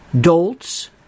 dolts